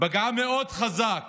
פגעה מאוד חזק